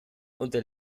unter